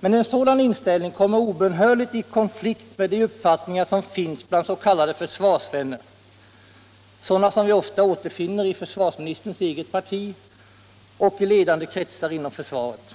Men en sådan inställning kommer obönhörligt i konflikt med de uppfattningar som finns bland s.k. försvarsvänner, sådana som vi ofta återfinner i försvarsministerns eget parti och i ledande kretsar inom försvaret.